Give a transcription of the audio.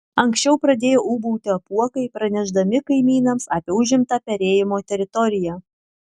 anksčiau pradėjo ūbauti apuokai pranešdami kaimynams apie užimtą perėjimo teritoriją